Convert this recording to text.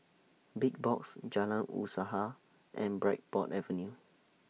Big Box Jalan Usaha and Bridport Avenue